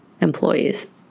employees